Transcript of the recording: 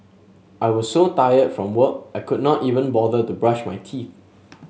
I was so tired from work I could not even bother to brush my teeth